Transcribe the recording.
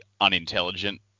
unintelligent